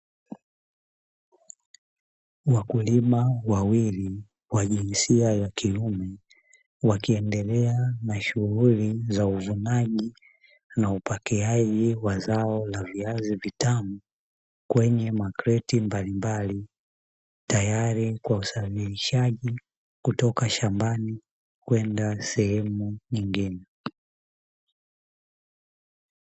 Wakulima wawili wa jinsia ya kiume wakiendelea na shughuli ya uvunaji na upakiaji wa zao la viazi vitamu kwenye makreti mbalimbali, tayari kwa usafirishaji kutoka shambani kwenda sehemu nyingine.